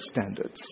standards